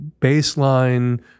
baseline